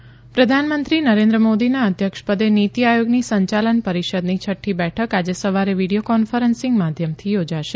નીતી આયોગ પ્રધાનમંત્રી નરેન્દ્ર મોદીના અધ્યક્ષ પદે નીતી આયોગની સંચાલન પરીષદની છઠ્ઠી બેઠક આજે સવારે વિડીયો કોન્ફરન્સીંગ માધ્યમથી યોજાશે